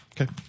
Okay